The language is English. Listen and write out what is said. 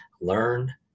learn